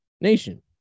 nation